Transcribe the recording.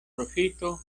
profito